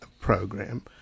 program